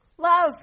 Love